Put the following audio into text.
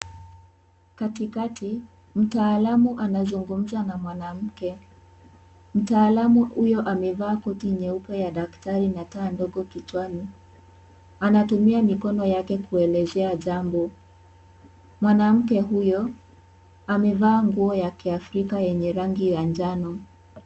Katikati, mtaalamu anazungumza na mwanamke Mtaalamu huyo amevaa koti nyeupe ya daktari na taa ndogo kichwani. Anatumia mikono yake kuelezea jambo. Mwanamke huyo amevaa nguo ya kiafrika yenye rangi ya njano.